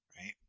right